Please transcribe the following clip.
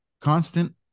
constant